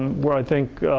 we're, i think,